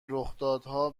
رخدادها